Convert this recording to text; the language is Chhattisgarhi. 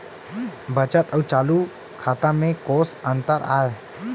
बचत अऊ चालू खाता में कोस अंतर आय?